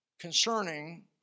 concerning